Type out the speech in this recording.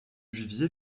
vivier